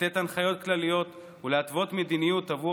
לתת הנחיות כלליות ולהתוות מדיניות עבור